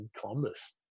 Columbus